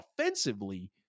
offensively